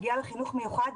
פגיעה בחינוך מיוחד,